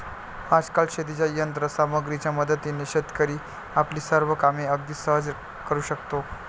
आजकाल शेतीच्या यंत्र सामग्रीच्या मदतीने शेतकरी आपली सर्व कामे अगदी सहज करू शकतो